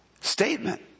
statement